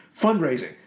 fundraising